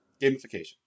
Gamification